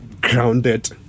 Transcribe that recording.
grounded